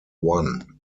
one